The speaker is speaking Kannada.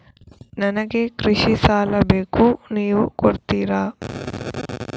ನನಗೆ ಕೃಷಿ ಸಾಲ ಬೇಕು ನೀವು ಕೊಡ್ತೀರಾ?